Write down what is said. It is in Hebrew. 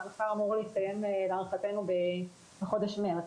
המחקר אמור להסתיים בחודש מרץ.